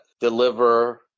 deliver